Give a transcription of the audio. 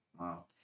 Wow